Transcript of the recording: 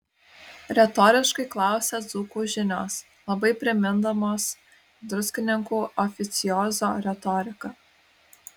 retoriškai klausia dzūkų žinios labai primindamos druskininkų oficiozo retoriką